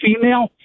female